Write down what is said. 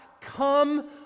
Come